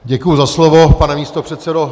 Děkuji za slovo, pane místopředsedo.